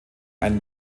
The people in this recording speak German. ein